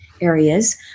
areas